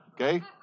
Okay